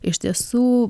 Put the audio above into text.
iš tiesų